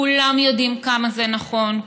כולם יודעים כמה זה נכון,